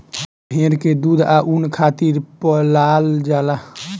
भेड़ के दूध आ ऊन खातिर पलाल जाला